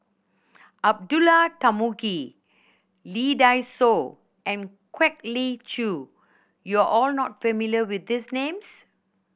Abdullah Tarmugi Lee Dai Soh and Kwek Leng Joo you are all not familiar with these names